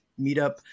meetup